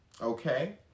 okay